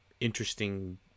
interesting